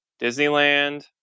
Disneyland